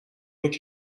اینه